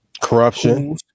Corruption